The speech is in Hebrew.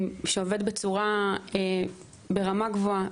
שעובד ברמה גבוהה,